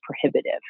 prohibitive